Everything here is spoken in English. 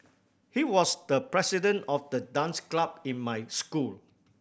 he was the president of the dance club in my school